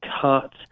cut